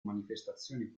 manifestazioni